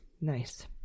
nice